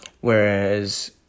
Whereas